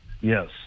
Yes